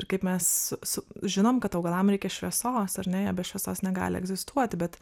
ir kaip mes su su žinom kad augalam reikia šviesos ar ne jie be šviesos negali egzistuoti bet